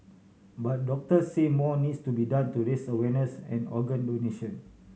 but doctors say more needs to be done to raise awareness on organ donation